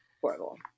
horrible